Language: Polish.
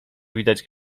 widać